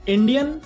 Indian